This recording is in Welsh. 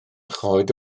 choed